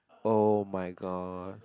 oh-my-god